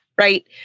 right